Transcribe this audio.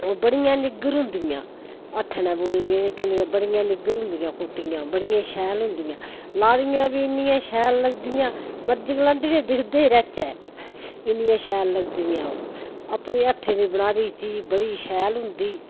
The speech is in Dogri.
ओह् बड़ियां निग्गर हुंदियां हत्थै कन्नै बुनि'यां जेह्कियां बड़ियां निग्गर हुंदियां कोटियां बड़ियां शैल हुंदियां लादियां बी इन्नियां शैल लगदियां मरजी गलांदी जे दिक्खदे गै रोच्चै इन्नियां शैल लगदियां ओह् अपने हत्थें दी बनाई दी चीज बड़ी शैल होंदी